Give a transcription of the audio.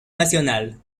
nationale